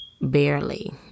barely